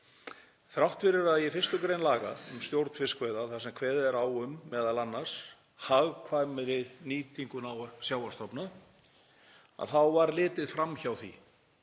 Þrátt fyrir að í 1. gr. laga um stjórn fiskveiða, þar sem kveðið er á um m.a. hagkvæmri nýtingu sjávarstofna, þá var litið fram hjá því